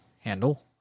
handle